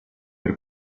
per